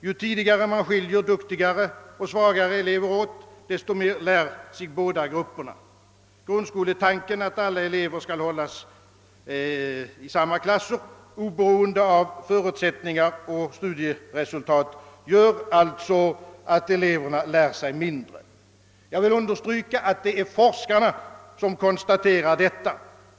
Ju tidigare man skiljer duktiga och svaga elever åt, desto mer lär sig båda grupperna. Uppföljandet av grundskoletanken att alla elever skall hållas i samma klasser, oberoende av förutsättningar och studieresultat, gör alltså att eleverna lär sig mindre. Jag vill understryka, att det är forskarna som konstaterar detta.